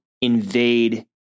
invade